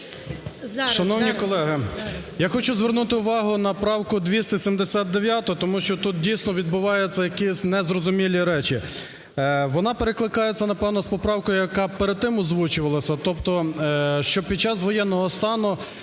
Шановні колеги, я хочу звернути увагу на правку 279, тому що тут, дійсно, відбуваються якісь незрозумілі речі. Вона перекликається, напевно, з поправкою, яка перед тим озвучувалася. Тобто що під час воєнного стану